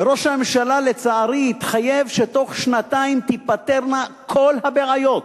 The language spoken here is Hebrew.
ולצערי ראש הממשלה התחייב שתוך שנתיים תיפתרנה כל הבעיות.